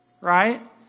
right